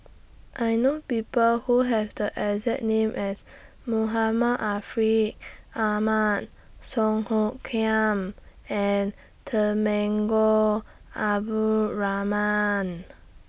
I know People Who Have The exact name as Muhammad Ahmad Song Hoot Kiam and Temenggong Abdul Rahman